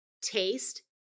taste